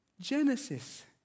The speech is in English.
Genesis